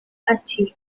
ati